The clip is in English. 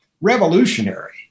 revolutionary